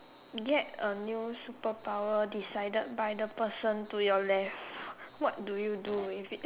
get a new superpower decided by the person to your left what do you do with it